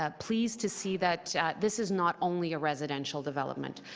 ah pleased to see that this is not only a residential development.